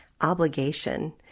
obligation